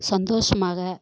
சந்தோஷமாக